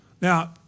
Now